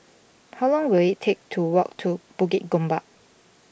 how long will it take to walk to Bukit Gombak